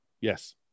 Yes